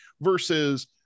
versus